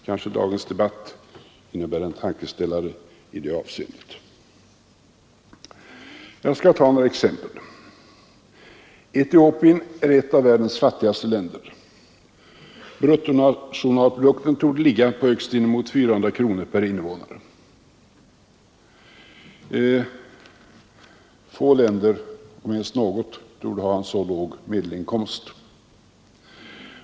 Kanske dagens debatt innebär en tankeställare i det avseendet. Jag skall ta några exempel. Etiopien är ett av världens fattigaste länder. Bruttonationalprodukten torde ligga på högst inemot 400 kronor per invånare. Få länder, om ens något land, torde ha en så låg medelinkomst.